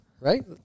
Right